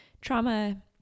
trauma